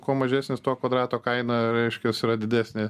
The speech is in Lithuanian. kuo mažesnis tuo kvadrato kaina reiškias yra didesnė